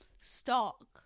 stock